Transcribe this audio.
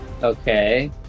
Okay